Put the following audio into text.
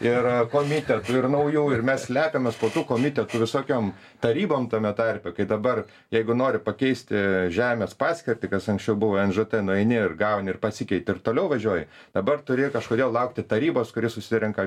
ir komitetų ir naujų ir mes slepiamės po tų komitetų visokiom tarybom tame tarpe kai dabar jeigu nori pakeisti žemės paskirtį kas anksčiau buvo nžt nueini ir gauni ir pasikeiti ir toliau važiuoji dabar turi kažkodėl laukti tarybos kuri susirenka